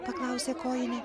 paklausė kojinė